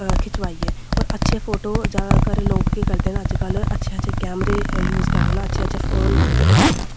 खिचवाइये होर अच्छे फोटो जादातर लोक केह् करदे न अज्ज कल अच्छे अच्छे कैमरे यूज करदे न अच्छे अच्छे फोन लैंदे न